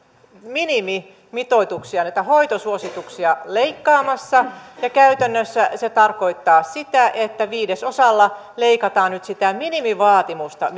minimimitoituksia näitä hoitosuosituksia leikkaamassa ja käytännössä se tarkoittaa sitä että viidesosalla leikataan nyt sitä minimivaatimusta